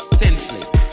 senseless